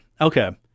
Okay